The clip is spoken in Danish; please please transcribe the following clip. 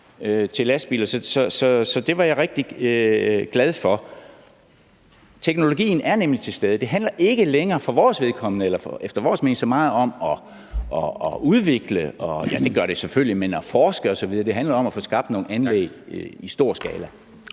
til lastbiler. Så det var jeg rigtig glad for. Teknologien er nemlig til stede. Det handler ikke længere efter vores mening så meget om at udvikle og forske osv. – ja, det gør det selvfølgelig også – men det handler om at få skabt nogle anlæg i stor skala.